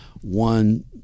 one